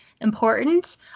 important